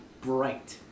bright